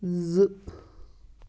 زٕ